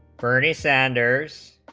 bernie sanders